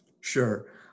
Sure